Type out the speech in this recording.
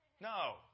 No